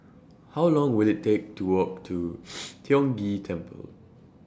How Long Will IT Take to Walk to Tiong Ghee Temple